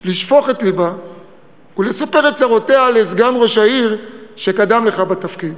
לשפוך את לבה ולספר את צרותיה לסגן ראש העיר שקדם לך בתפקיד.